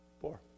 Four